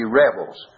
rebels